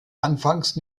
anfangs